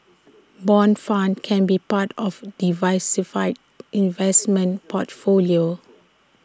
Bond funds can be part of diversified investment portfolio